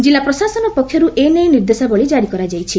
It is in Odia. ଜିଲ୍ଲା ପ୍ରଶାସନ ପକ୍ଷରୁ ଏ ନେଇ ନିର୍ଦ୍ଦେଶାବଳୀ ଜାରି କରାଯାଇଛି